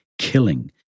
killing